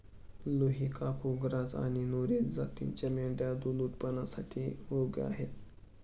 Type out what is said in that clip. लुही, कुका, ग्राझ आणि नुरेझ जातींच्या मेंढ्या दूध उत्पादनासाठी योग्य आहेत